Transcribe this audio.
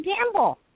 gamble